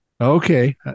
Okay